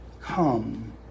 come